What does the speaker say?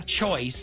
choice